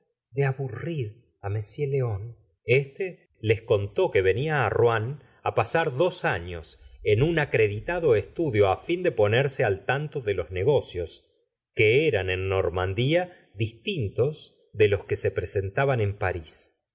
de aburrir á i león éste les contó que venia á rouen á pasar dos años en un acreditado estudio á fin de ponerse al tanto de los negocios que eran en normandia distintos de los que se presentaban en parís